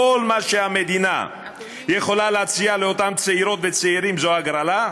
כל מה שהמדינה יכולה להציע לאותם צעירות וצעירים זו הגרלה?